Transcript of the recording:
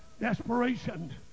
desperation